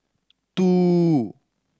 two